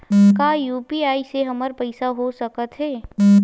का यू.पी.आई से हमर पईसा हो सकत हे?